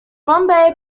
bombay